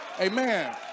Amen